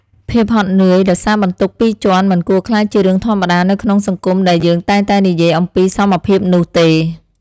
ភាពហត់នឿយដោយសារបន្ទុកពីរជាន់មិនគួរក្លាយជារឿងធម្មតានៅក្នុងសង្គមដែលយើងតែងតែនិយាយអំពីសមភាពនោះទេ។